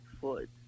foot